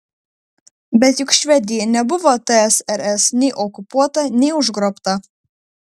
bet juk švedija nebuvo tsrs nei okupuota nei užgrobta